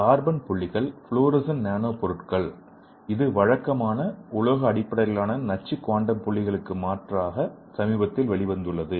carbon புள்ளிகள் fluorescent nano பொருட்கள் இது வழக்கமான உலோக அடிப்படையிலான நச்சு குவாண்டம் புள்ளிகளுக்கு மாற்றாக சமீபத்தில் வெளிவந்துள்ளது